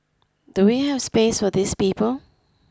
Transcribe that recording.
do we have space for these people